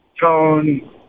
tone